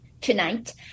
tonight